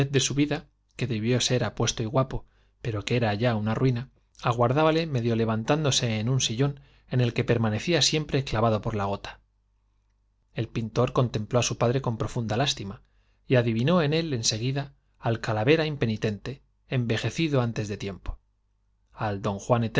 de su vida que debió de ser apuesto y guapo pero que era ya una ruina aguardábale medio levantándose en un sillón el que en permanecía siempre clavado por la gota el pintor contempló á su padre con profunda lástima y adivinó en él en seguida al calavera impe nitente envejecido antes de tiempo al d juan